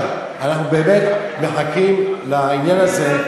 אז בבקשה, אנחנו באמת מחכים לעניין הזה,